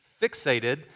fixated